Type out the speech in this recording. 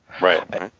Right